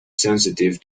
sensitive